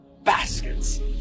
baskets